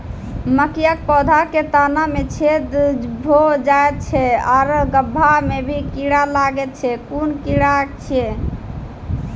मकयक पौधा के तना मे छेद भो जायत छै आर गभ्भा मे भी कीड़ा लागतै छै कून कीड़ा छियै?